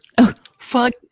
Fuck